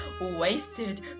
wasted